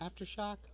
Aftershock